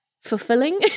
fulfilling